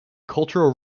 cultural